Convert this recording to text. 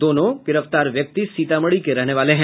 दोनों गिरफ्तार व्यक्ति सीतामढ़ी के रहने वाले हैं